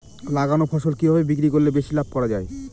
লাগানো ফসল কিভাবে বিক্রি করলে বেশি লাভ করা যায়?